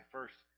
First